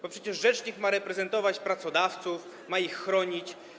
Bo przecież rzecznik ma reprezentować pracodawców, ma ich chronić.